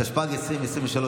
התשפ"ג 2023,